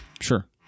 Sure